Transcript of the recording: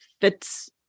fits